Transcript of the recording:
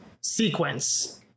sequence